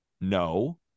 no